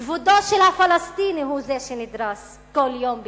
כבודו של הפלסטיני הוא זה שנדרס כל יום בירושלים,